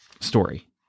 story